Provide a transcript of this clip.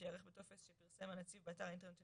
שייערך בטופס שפרסם הנציב באתר האינטרנט של